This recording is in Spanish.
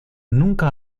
nunca